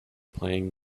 playing